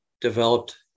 developed